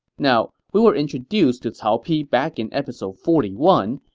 now, we were introduced to cao pi back in episode forty one,